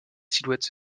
silhouettes